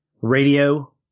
radio